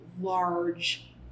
large